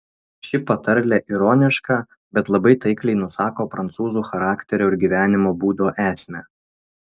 ši patarlė ironiška bet labai taikliai nusako prancūzų charakterio ir gyvenimo būdo esmę